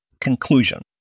Conclusion